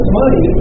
money